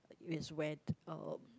is when uh